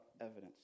evidence